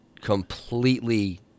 completely